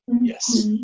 Yes